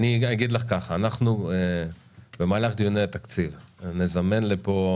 אני אגיד לך ככה: במהלך דיוני התקציב נזמן לפה